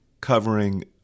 covering